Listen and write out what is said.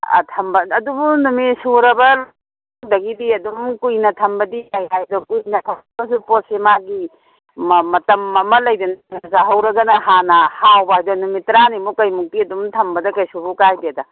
ꯊꯝꯕ ꯑꯗꯨꯕꯨ ꯅꯨꯃꯤꯠ ꯁꯨꯔꯕ ꯃꯇꯨꯡꯗꯒꯤꯗꯤ ꯑꯗꯨꯝ ꯀꯨꯏꯅ ꯊꯝꯕꯗꯤ ꯌꯥꯏ ꯍꯥꯏ ꯑꯗꯣ ꯀꯨꯏꯅ ꯊꯝꯃꯒꯁꯨ ꯄꯣꯠꯁꯦ ꯃꯥꯒꯤ ꯃ ꯃꯇꯝ ꯑꯃ ꯂꯩꯗꯅꯥ ꯆꯥꯍꯧꯔꯒꯅ ꯍꯥꯟꯅ ꯍꯥꯎꯕ ꯍꯥꯏꯗꯣ ꯅꯨꯃꯤꯠ ꯇꯔꯥꯅꯤꯃꯨꯛ ꯀꯔꯤꯃꯨꯛꯇꯤ ꯑꯗꯨꯝ ꯊꯝꯕꯗ ꯀꯩꯁꯨꯕꯨ ꯀꯥꯏꯗꯦꯗ